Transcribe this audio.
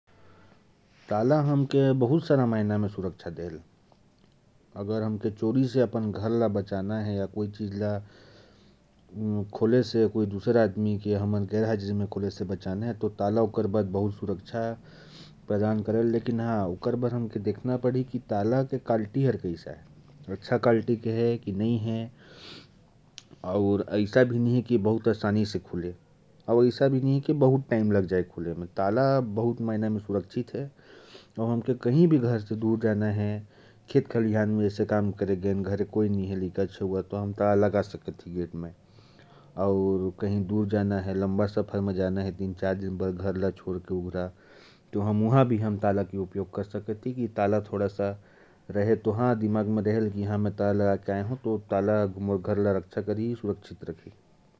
ताला हमें बहुत सारी मायनों में सुरक्षा देता है। ताला जो है, वह घर को चोरों से सुरक्षित रखता है। लेकिन ताले की क्वालिटी अच्छी होनी चाहिए। वह आसानी से खुलना नहीं चाहिए, और ऐसा भी नहीं होना चाहिए कि खुलने में बहुत टाइम लगे। हमें अगर घर से कहीं भी बाहर जाना हो, तो ताला हमारी घर की सुरक्षा करता है।